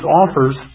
offers